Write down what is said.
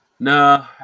No